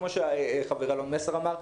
כפי שאמר חברי אלון מסר,